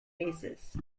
basis